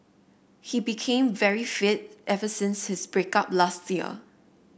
he became very fit ever since his break up last year